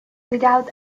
without